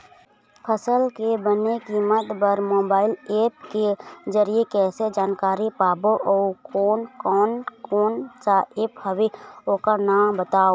फसल के बने कीमत बर मोबाइल ऐप के जरिए कैसे जानकारी पाबो अउ कोन कौन कोन सा ऐप हवे ओकर नाम बताव?